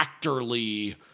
actorly